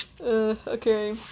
Okay